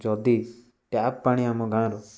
ଯଦି ଟ୍ୟାପ୍ ପାଣି ଆମ ଗାଁରୁ